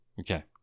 Okay